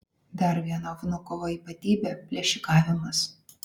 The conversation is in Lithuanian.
dar viena vnukovo ypatybė plėšikavimas